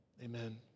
Amen